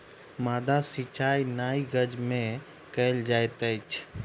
माद्दा सिचाई नाइ गज में कयल जाइत अछि